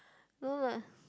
no lah